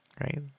Right